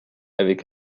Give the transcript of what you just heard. avec